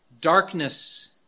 darkness